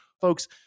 folks